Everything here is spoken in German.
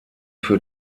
für